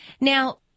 now